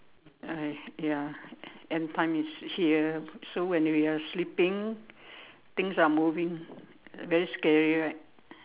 I ya end time is here so when we are sleeping things are moving very scary right